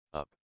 up